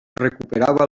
recuperava